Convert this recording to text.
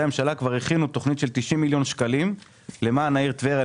הממשלה כבר הכינו תכנית של 90 מיליון למען העיר טבריה,